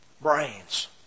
brains